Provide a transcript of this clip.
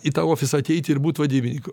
į tą ofisą ateiti ir būt vadybininku